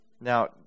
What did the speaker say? Now